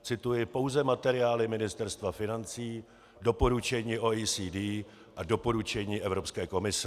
Cituji pouze materiály Ministerstva financí, doporučení OECD a doporučení Evropské komise.